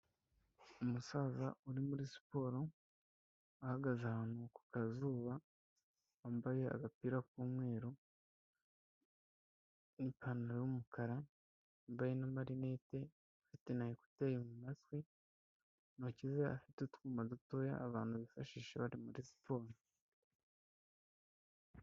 Umusaza uri muri siporo ahagaze ahantu ku kazuba, wambaye agapira k'umweru n'ipantaro y'umukara, wambaye n'amarinete, afite na ekuteri mu matwi, mu ntoki ze afite utwuma dutoya abantu bifashisha bari muri siporo.